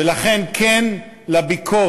ולכן, כן לביקורת,